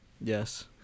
Yes